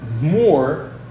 more